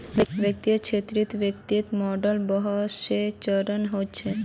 वित्तीय क्षेत्रत वित्तीय मॉडलिंगेर बहुत स चरण ह छेक